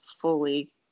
fully